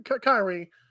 Kyrie